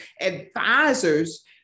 advisors